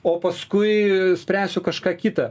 o paskui spręsiu kažką kita